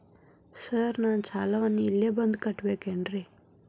Sir ನಾನು ಸಾಲವನ್ನು ಇಲ್ಲೇ ಬಂದು ಕಟ್ಟಬೇಕೇನ್ರಿ?